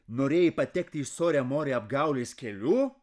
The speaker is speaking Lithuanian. norėjai patekti į sorę morę apgaulės keliu